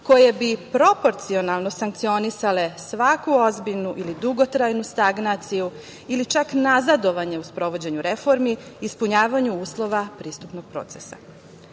koje bi proporcionalno sankcionisale svaku ozbiljnu ili dugotrajnu stagnaciju ili čak nazadovanje u sprovođenju reformi ispunjavanju uslova pristupnog procesa. Nova